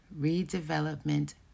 Redevelopment